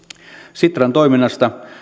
sitran toiminnassa